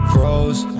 Froze